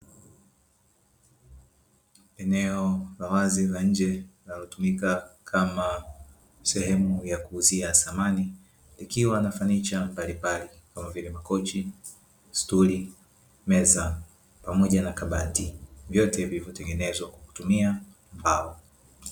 Eneo la wazi la nje linalotumika kama sehemu ya kuuzia samani likiwa na samani mbalimbali, kama vile: makochi, stuli, meza pamoja na kabati; vyote vilivyotengenezwa kwa kutumia mbao.